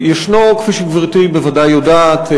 כפי שגברתי בוודאי יודעת,